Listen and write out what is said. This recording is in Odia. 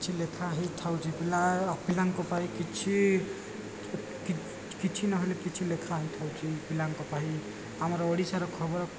କିଛି ଲେଖା ହେଇଥାଉଛି ପିଲା ପିଲାଙ୍କ ପାଇଁ କିଛି କି କିଛି ନହେଲେ କିଛି ଲେଖା ହେଇଥାଉଛି ପିଲାଙ୍କ ପାଇଁ ଆମର ଓଡ଼ିଶାର ଖବର